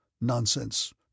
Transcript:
nonsense